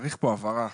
צריך הבהרה,